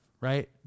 Right